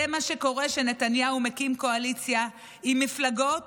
זה מה שקורה כשנתניהו מקים קואליציה עם מפלגות